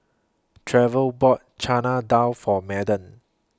Trevor bought Chana Dal For Madden